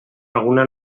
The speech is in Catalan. alguna